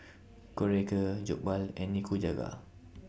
Korokke Jokbal and Nikujaga